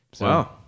Wow